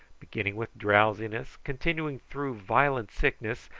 beginning with drowsiness, continuing through violent sickness,